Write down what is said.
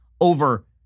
over